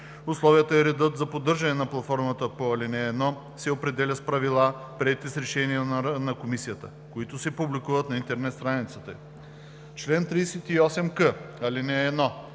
Условията и редът за поддържане на платформата по ал. 1 се определят с правила, приети с решение на Комисията, които се публикуват на интернет страницата ѝ. Чл. 38к.